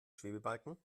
schwebebalken